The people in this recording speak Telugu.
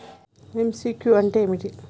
ఎమ్.సి.క్యూ అంటే ఏమిటి?